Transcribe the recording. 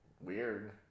weird